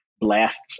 blasts